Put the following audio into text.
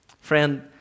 Friend